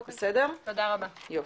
בבקשה.